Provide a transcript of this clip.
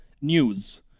news